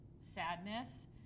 sadness